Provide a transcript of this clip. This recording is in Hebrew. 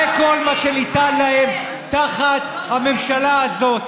זה כל מה שניתן להם תחת הממשלה הזאת.